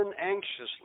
anxiously